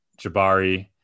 Jabari